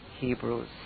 Hebrews